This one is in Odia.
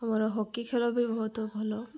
ଆମର ହକି ଖେଳ ବି ବହୁତ ଭଲ